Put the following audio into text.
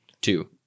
Two